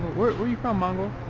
where are you from? and